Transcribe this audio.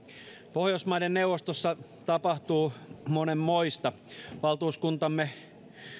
pohjoismaiden neuvostossa tapahtuu monenmoista valtuuskuntamme